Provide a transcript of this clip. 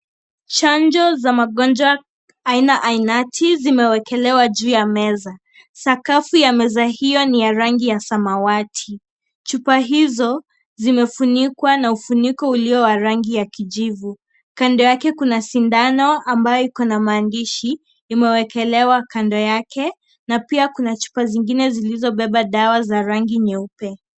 Chanjo za magonjwa aina ainati zimewekelewa juu ya meza. Sakafu ya meza hio ni ya rangi ya samawati. Chupa hizo zimefunikwa na ufuniko ulio wa rangi ya kijivu. Kando yake kuna sindano ambayo iko na maandishi imewekelewa kando yake na pia kuna chupa zingine zilizobeba dawa za rangi nyeupe.